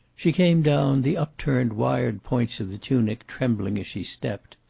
she came down, the upturned wired points of the tunic trembling as she stepped.